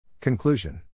Conclusion